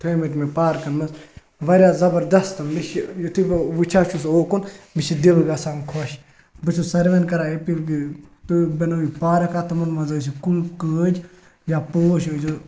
تھٲمٕتۍ مےٚ پارکَن منٛز واریاہ زَبَردَس تِم مےٚ چھِ یِتھُے بہٕ وٕچھا چھُس یوکُن مےٚ چھِ دِل گَژھان خۄش بہٕ چھُس سارویَن کَران اپیٖل کہِ تُہۍ بَنٲیِو پارَکہ تِمَن منٛز ٲسِو کُل کٲج یا پوش ٲسۍزیو